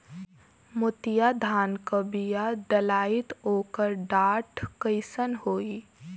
मोतिया धान क बिया डलाईत ओकर डाठ कइसन होइ?